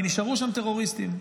כי נשארו שם טרוריסטים,